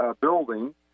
building